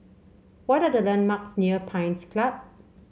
what are the landmarks near Pines Club